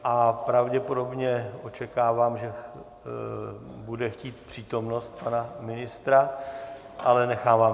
A pravděpodobně očekávám, že bude chtít přítomnost pana ministra, ale nechávám to na něm.